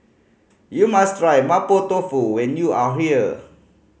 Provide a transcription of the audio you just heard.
you must try Mapo Tofu when you are here